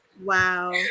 Wow